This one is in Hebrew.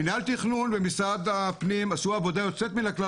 מינהל התכנון ומשרד הפנים עשו עבודה יוצאת מן הכלל